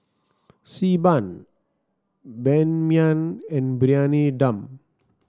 Xi Ban Ban Mian and Briyani Dum